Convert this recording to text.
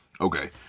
Okay